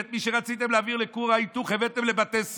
ואת מה שרציתם להעביר לכור ההיתוך הבאתם לבתי סוהר.